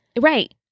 Right